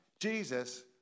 Jesus